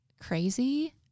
crazy